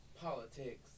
politics